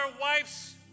wives